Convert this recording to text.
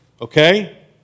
Okay